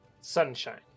Sunshine